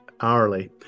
hourly